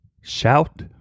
shout